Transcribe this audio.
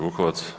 Vukovac.